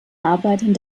arbeitern